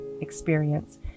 experience